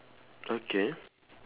okay